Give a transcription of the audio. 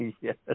Yes